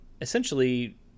essentially